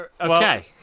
Okay